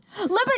Liberty